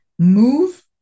move